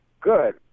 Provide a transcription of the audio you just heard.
good